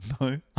No